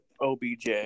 OBJ